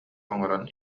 оҥорон